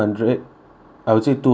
I would say two hundred lah